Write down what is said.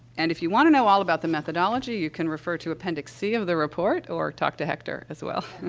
and if you want to know all about the methodology, you can refer to appendix c of the report or talk to hector, as well.